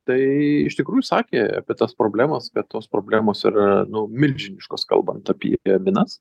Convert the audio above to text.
tai iš tikrųjų sakė apie tas problemas kad tos problemos yra nu milžiniškos kalbant apie minas